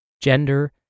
gender